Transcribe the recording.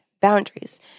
Boundaries